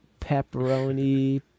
pepperoni